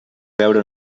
veure